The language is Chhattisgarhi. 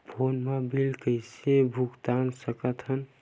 फोन मा बिल कइसे भुक्तान साकत हन?